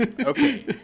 okay